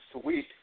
Sweet